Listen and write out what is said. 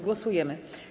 Głosujemy.